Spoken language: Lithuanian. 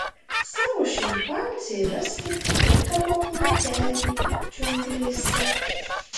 savo šimpanzei raskite tinkamą plotelį džiunglėse